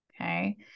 okay